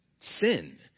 sin